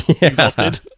Exhausted